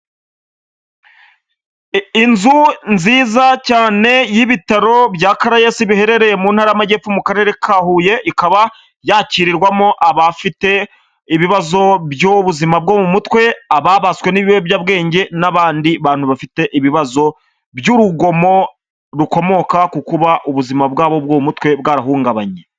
Inzu nziza cyane y'ibitaro bya Caraes biherereye mu ntara y'amajyepfo, mu karere ka Huye, ikaba yakirirwamo abafite ibibazo by'ubuzima bwo mu mutwe, ababaswe n'ibiyobyabwenge, n'abandi bantu bafite ibibazo by'urugomo rukomoka ku kuba ubuzima bwabo bw'umutwe bwarahungabanye.